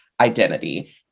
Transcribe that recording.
identity